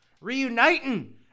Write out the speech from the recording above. reuniting